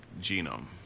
genome